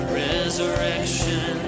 resurrection